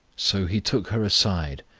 so he took her aside,